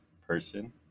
person